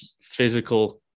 physical